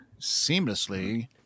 seamlessly